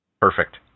Perfect